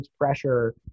pressure